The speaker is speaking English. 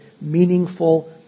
meaningful